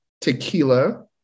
tequila